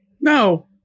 No